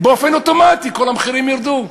באופן אוטומטי כל המחירים ירדו,